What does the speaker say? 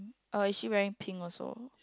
uh is she wearing pink also